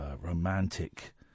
romantic